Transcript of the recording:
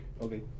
Okay